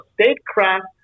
statecraft